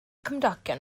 cymdogion